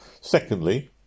secondly